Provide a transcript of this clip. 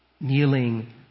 Kneeling